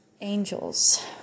angels